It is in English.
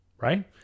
right